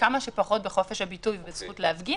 כמה שפחות בחופש הביטוי ובזכות להפגין,